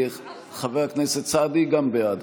חבר הכנסת סעדי גם בעד.